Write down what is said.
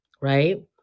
right